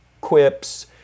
quips